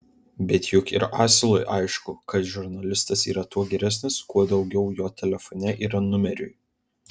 bet juk ir asilui aišku kad žurnalistas yra tuo geresnis kuo daugiau jo telefone yra numerių